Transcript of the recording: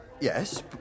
Yes